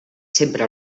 sempre